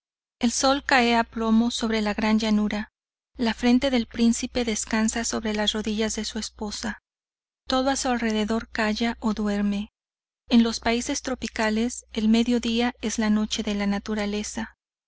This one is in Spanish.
el sol cae a plomo sobre la gran llanura la frente del príncipe descansa sobre las rodillas de su esposa todo a su alrededor calla o duerme en los países tropicales el mediodía es la noche de la naturaleza